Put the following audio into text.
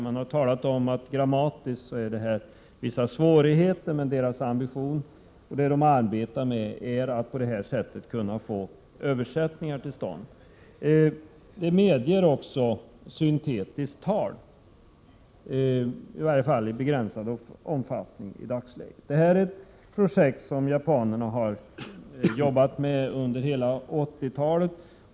Det sägs att det grammatiskt föreligger vissa svårigheter, men man arbetar alltså med att på det här sättet kunna få översättningar till stånd. Systemet medger också syntetiskt tal, i dagsläget åtminstone i begränsad omfattning. Det här är ett projekt som japanerna har arbetat med under hela 80-talet.